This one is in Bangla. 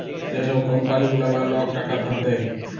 যে ছব কম্পালি গুলা বা লক টাকা ধার দেয়